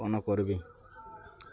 କ'ଣ କର୍ବି